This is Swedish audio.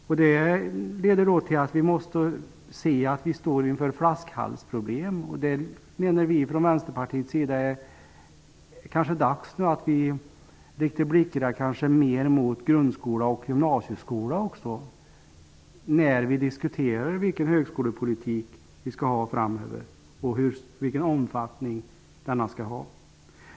Vi måste inse att det leder till att vi står inför flaskhalsproblem. Vi menar från Vänsterpartiets sida att det kanske är dags att vi mer riktar blickarna mot grundskola och gymnasieskola när vi diskuterar vilken högskolepolitik vi skall föra framöver och vilken omfattning som skall gälla.